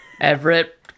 Everett